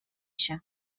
się